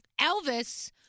Elvis